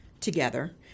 together